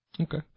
Okay